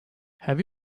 have